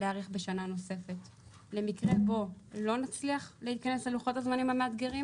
להאריך בשנה נוספת למקרה בו לא נצליח להיכנס ללוחות הזמנים המאתגרים